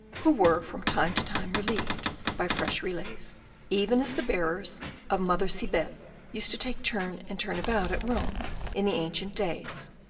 who were from time to time relieved by fresh relays even as the bearers of mother cybele used to take turn and turn about at rome in the ancient days,